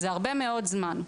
זה הרבה מאוד זמן.